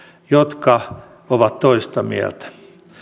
jotka ovat toista mieltä